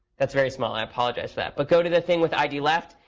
that's very small. i apologize for that. but go to the thing with id left.